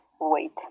Wait